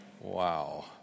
Wow